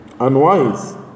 unwise